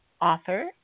author